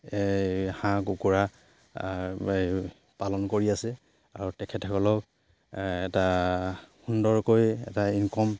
এই হাঁহ কুকুৰা পালন কৰি আছে আৰু তেখেতসকলক এটা সুন্দৰকৈ এটা ইনকম